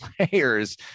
players